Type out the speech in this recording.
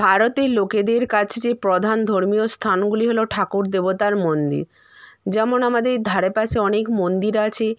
ভারতের লোকেদের কাছে যে প্রধান ধর্মীয় স্থানগুলি হল ঠাকুর দেবতার মন্দির যেমন আমাদের এই ধারে পাশে অনেক মন্দির আছে